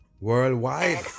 worldwide